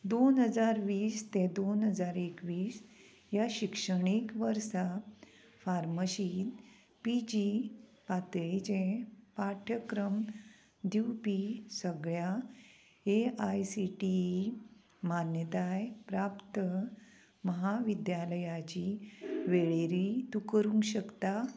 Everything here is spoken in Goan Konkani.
दोन हजार वीस ते दोन हजार एकवीस ह्या शिक्षणीक वर्सा फार्मशींत पी जी पातळेचे पाठ्यक्रम दिवपी सगळ्या A I C T E मान्यताय प्राप्त म्हाविद्यालयांची वेळेरी तूं करूंक शकता